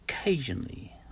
Occasionally